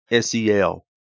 SEL